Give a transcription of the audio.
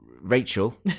Rachel